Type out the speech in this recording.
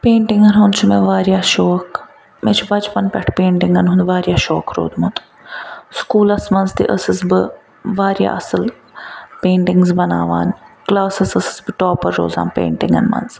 پینٛٹِنٛگَن ہُنٛد چھُ مےٚ واریاہ شوق مےٚ چھُ بچپَن پٮ۪ٹھ پینٹِنٛگَن ہُنٛد واریاہ شوق روٗدمُت سُکولَس مَنٛز تہِ ٲسٕس بہٕ واریاہ اصٕل پینٹِنٛگِز بناوان کلاسَس ٲسٕس بہٕ ٹاپَر روزان پینٹِنٛگَن مَنٛز